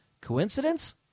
Coincidence